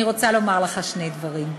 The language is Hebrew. אני רוצה לומר לך שני דברים: